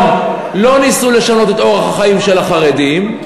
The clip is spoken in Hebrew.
לא ניסו לשנות את אורח החיים של החרדים,